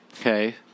okay